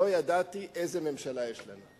לא ידעתי איזה ממשלה יש לנו.